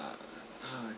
uh !huh!